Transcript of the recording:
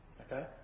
Okay